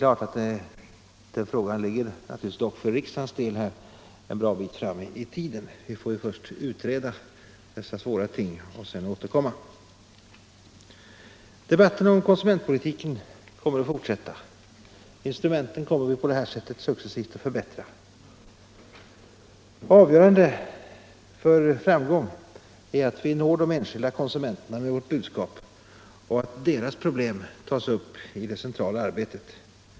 Frågan ligger dock naturligtvis för riksdagens del ett bra stycke fram i tiden. Vi måste först utreda denna svåra fråga. Debatten om konsumentpolitiken kommer att fortsätta, och våra instrument kommer att successivt förbättras. Det avgörande för framgång är då att vi når de enskilda konsumenterna med vårt budskap och att deras problem tas upp i det centrala arbetet.